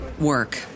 work